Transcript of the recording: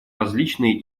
различные